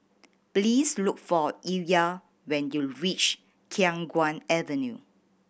please look for Illya when you reach Khiang Guan Avenue